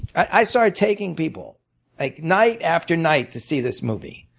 i started taking people like night after night to see this movie,